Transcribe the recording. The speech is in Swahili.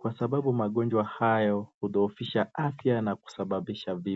kwa sababu magonjwa hayo hudhoofisha afya na kusababisha vifo.